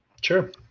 Sure